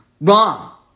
Wrong